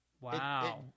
Wow